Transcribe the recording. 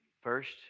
First